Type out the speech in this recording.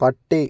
പട്ടി